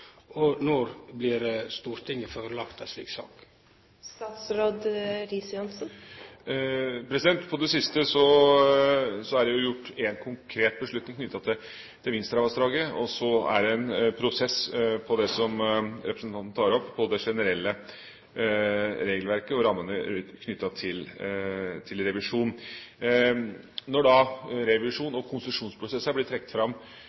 og når blir ei slik sak lagt fram for Stortinget? Når det gjelder det siste, er det gjort en konkret beslutning knyttet til Vinstravassdraget, og så er det en prosess på det som representanten tar opp, både det generelle regelverket og rammene rundt knyttet til revisjon. Når da revisjon og konsesjonsprosesser er blitt trukket fram